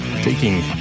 taking